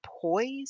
poised